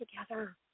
together